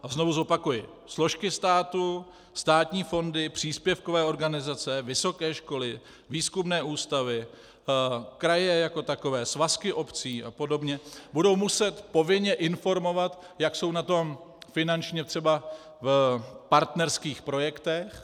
A znovu zopakuji: složky státu, státní fondy, příspěvkové organizace, vysoké školy, výzkumné ústavy, kraje jako takové, svazky obcí a podobně budou muset povinně informovat, jak jsou na tom finančně třeba v partnerských projektech.